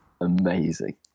amazing